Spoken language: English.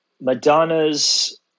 Madonna's